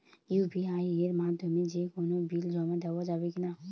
UPI এর মাধ্যমে যে কোনো বিল জমা দেওয়া যাবে কি না?